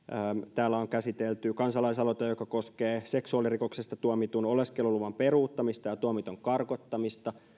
täällä on käsitelty kansalaisaloite joka koskee seksuaalirikoksesta tuomitun oleskeluluvan peruuttamista ja tuomitun karkottamista